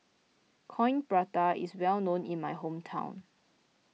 Coin Prata is well known in my hometown